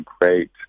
great